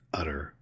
utter